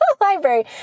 library